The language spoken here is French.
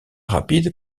rapide